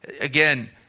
again